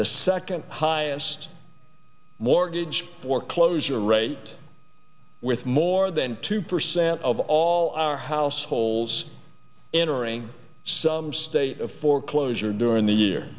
the second highest mortgage foreclosure rate with more than two percent of all our households entering some state of foreclosure during the year